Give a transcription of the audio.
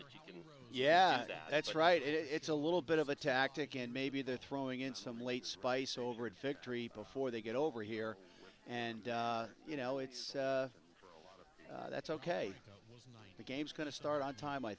that you can yeah that's right it's a little bit of a tactic and maybe they're throwing in some late spice over it fic tree before they get over here and you know it's that's ok it's not the game's going to start on time i